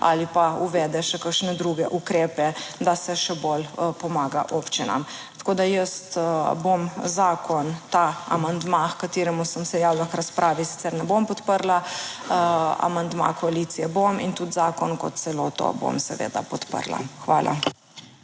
ali pa uvede še kakšne druge ukrepe, da se še bolj pomaga občinam. Tako da jaz bom zakon, ta amandma h kateremu sem se javila k razpravi sicer ne bom podprla. Amandma koalicije bom in tudi zakon kot celoto bom seveda podprla. Hvala.